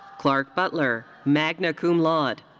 clark butler, magna cum laude.